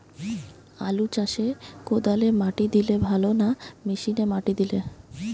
আলু চাষে কদালে মাটি দিলে ভালো না মেশিনে মাটি দিলে?